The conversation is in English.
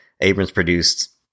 Abrams-produced